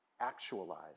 actualized